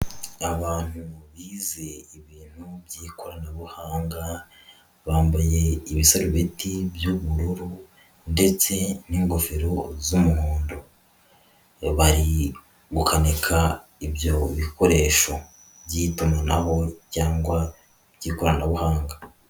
Abantu bize ibintu by'ikoranabuhanga, bambaye ibisarubeti by'ubururu ndetse n'ingofero z'umuhondo. Bari gukanika ibyo bikoresho by'itumanaho cyangwa by'ikoranabuhanga.